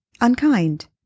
unkind